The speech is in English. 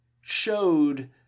showed